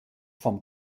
vom